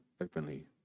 openly